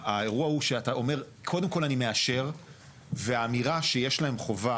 האירוע הוא שאתה אומר קודם כל אני מאשר והאמירה שיש להם חובה